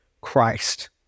Christ